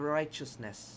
righteousness